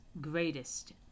greatest